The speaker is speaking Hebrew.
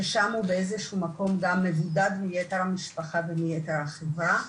ששם הוא באיזה שהוא מקום גם מבודד מיתר המשפחה ומיתר החברה.